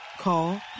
Call